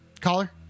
Caller